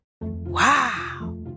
Wow